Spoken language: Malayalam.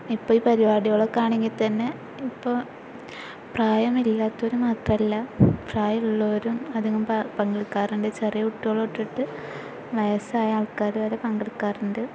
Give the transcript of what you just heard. ഇപ്പോൾ ഈ പരിപാടികളൊക്കെ തന്നെ ഇപ്പോൾ പ്രായമില്ലാത്തോരു മാത്രമല്ല പ്രായമുള്ളവരും അധികം പങ്കെടുക്കാറുണ്ട് ചെറിയ കുട്ടികൾ തൊട്ടിട്ട് വയസായ ആള്ക്കാർ വരെ പങ്കെടുക്കാറുണ്ട്